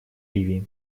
ливии